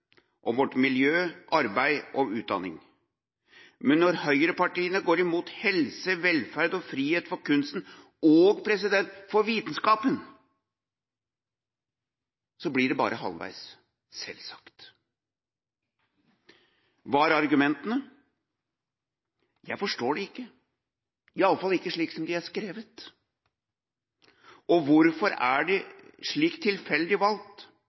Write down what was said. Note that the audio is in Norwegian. om vårt miljø, arbeid og utdanning. Men når høyrepartiene går imot helse, velferd og frihet for kunsten og for vitenskapen, blir det bare halvveis – selvsagt. Hva er argumentene? Jeg forstår dem ikke, iallfall ikke slik som de er skrevet. Og hvorfor et slikt tilfeldig valg? Hvorfor utdanning? Hvorfor ikke helse? Det er